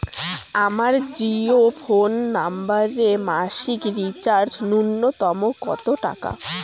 আমার জিও ফোন নম্বরে মাসিক রিচার্জ নূন্যতম কত টাকা?